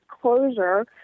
closure